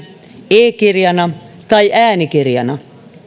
e kirjana tai äänikirjana